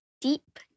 deep